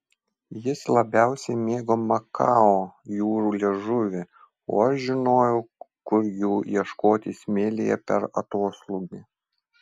jis labiausiai mėgo makao jūrų liežuvį o aš žinojau kur jų ieškoti smėlyje per atoslūgį